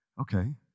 okay